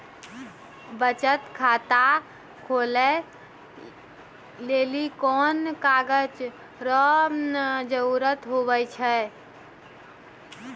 बचत खाता खोलै लेली कोन कागज रो जरुरत हुवै छै?